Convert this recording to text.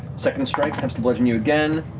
second strike comes to bludgeon you again,